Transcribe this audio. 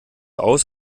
aus